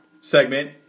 segment